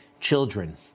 children